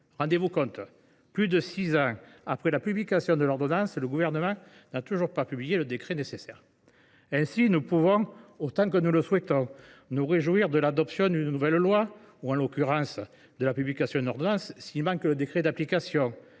Rendez vous compte : plus de six ans après la publication de l’ordonnance, le Gouvernement n’a toujours pas publié le décret nécessaire ! Ainsi, on peut toujours, autant qu’on le souhaite, se réjouir de l’adoption d’une nouvelle loi ou, en l’occurrence, de la publication d’une ordonnance, mais s’il manque le décret d’application,